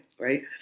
right